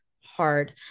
hard